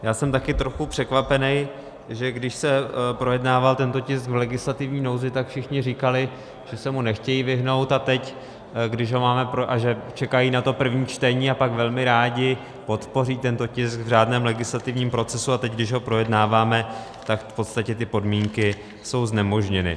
Já jsem také trochu překvapen, že když se projednával tento tisk v legislativní nouzi, tak všichni říkali, že se mu nechtějí vyhnout a že čekají na to první čtení, a pak velmi rádi podpoří tento tisk v řádném legislativním procesu, a teď když ho projednáváme, tak v podstatě ty podmínky jsou znemožněny.